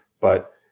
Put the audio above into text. but-